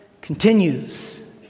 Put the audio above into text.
Continues